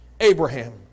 Abraham